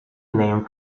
name